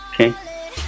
okay